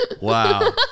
Wow